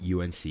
UNC